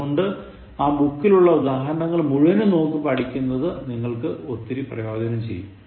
അതുകൊണ്ട് ആ ബുക്കിലുള്ള ഉദാഹരണങ്ങൾ മുഴുവൻ നോക്കി പഠിക്കുന്നത് നിങ്ങൾക്ക് ഒത്തിരി പ്രയോജനം ചെയ്യും